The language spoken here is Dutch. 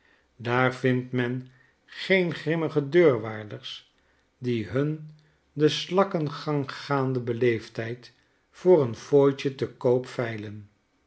daar vindl men geen grimmige deurwaarders die hun den slakkengang gaande beleefdheid voor een fooitje te kopp veilen